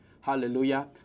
Hallelujah